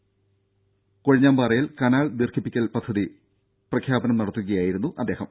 പാലക്കര കൊഴിഞ്ഞാംപാറയിൽ കനാൽ ദീർഘിപ്പിക്കൽ പദ്ധതി പ്രഖ്യാപനം നടത്തുകയായിരുന്നു അദ്ദേഹം